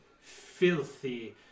filthy